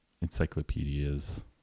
Encyclopedias